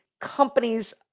companies